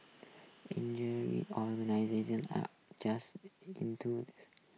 injury organisers are just into